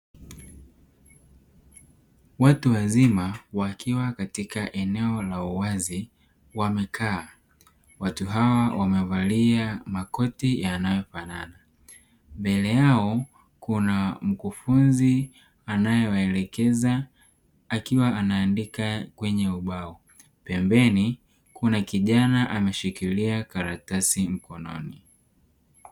Watu wazima wakiwa katika eneo la uwazi wamekaa, watu hawa wamevalia makoti yanayofanana. Mbele yao kuna mkufunzi anae waelekeza akiwa anaandika kwenye ubao, pembeni kuna kijana ameshikilia karatasi mkononi.